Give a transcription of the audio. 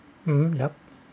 uh yup